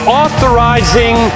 authorizing